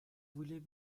voulez